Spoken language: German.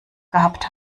gehabt